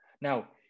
Now